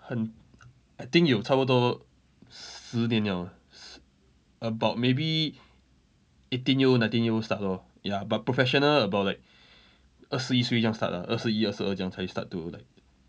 很 I think 有差不多十年 liao 了十 about maybe eighteen year old nineteen year old start lor ya but professional about like 二十一岁这样 start lah 二十一二十二这样才 start to like